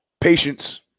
patience